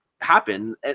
happen